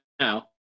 now